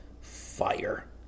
fire